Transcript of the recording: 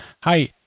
Hi